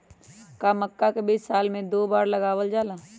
का मक्का के बीज साल में दो बार लगावल जला?